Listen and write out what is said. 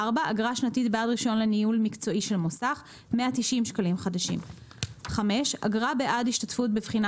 אגרה שנתית בעד רישיון לניהול מקצועי של מוסך190 אגרה בענ השתתפות בבחינה